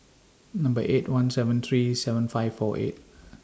Number eight one seven three seven five four eight